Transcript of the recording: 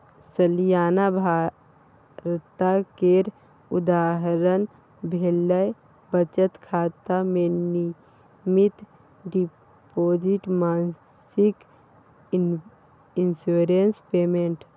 सलियाना भत्ता केर उदाहरण भेलै बचत खाता मे नियमित डिपोजिट, मासिक इंश्योरेंस पेमेंट